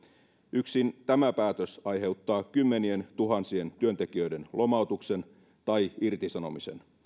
yksin tämä päätös aiheuttaa kymmenientuhansien työntekijöiden lomautuksen tai irtisanomisen